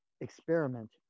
experiment